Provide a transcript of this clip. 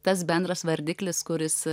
tas bendras vardiklis kuris